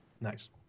Nice